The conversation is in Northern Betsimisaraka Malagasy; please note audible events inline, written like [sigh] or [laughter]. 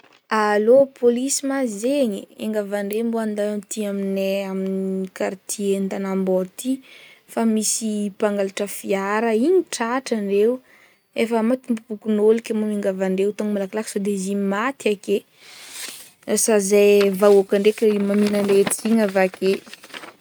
Allô, polisy ma zegny, miangavy andre mba andalo aty amignay amy kartie Tagnambao aty, fa misy mpangalatra fiara igny tratran-dreo, efa maty vonom-pokonolona ke mba miangavy andre ho tonga malakilaky sode izy i maty ake, [noise] lasa zahay vahoaka ndraiky amegnare tsiny avake.